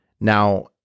Now